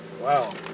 Wow